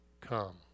come